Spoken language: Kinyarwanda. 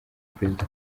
perezida